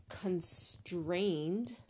Constrained